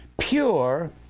pure